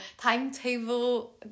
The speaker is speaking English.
timetable